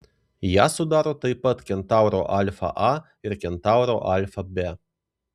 ją sudaro taip pat kentauro alfa a ir kentauro alfa b